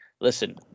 listen